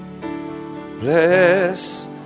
bless